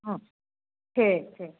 हँ ठीक ठीक